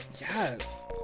Yes